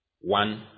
one